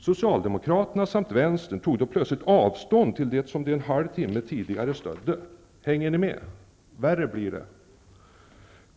Socialdemokraterna samt vänstern tog då plötsligt avstånd till det som de ''en halv timme'' tidigare stödde!? Hänger ni med? -- Värre blir det!